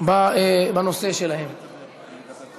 ואנחנו צריכים להצביע נגד,